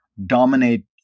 Dominate